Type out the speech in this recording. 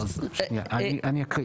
אני אקריא.